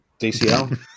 DCL